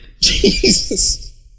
Jesus